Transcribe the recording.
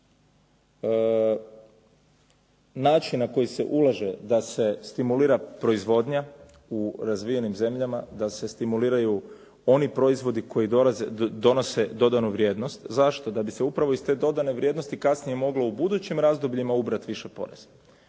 način na koji se ulaže da se stimulira proizvodnja u razvijenim zemljama, da se stimuliraju oni proizvodi koji donose dodanu vrijednost. Zašto? Da bi se upravo iz te dodane vrijednosti kasnije moglo u budućim razdobljima ubrati više poreza,